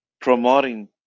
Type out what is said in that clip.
promoting